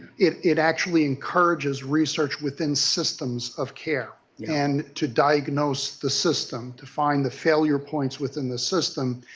it it actually encourages research within systems of care and to diagnose the system, to find the failure points within the system,